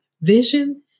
vision